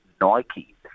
Nike